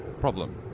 problem